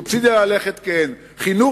סובסידיה על הלחם כן,